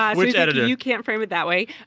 um which editor you can't frame it that way.